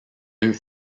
deux